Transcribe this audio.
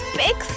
big